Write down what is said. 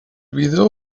vídeo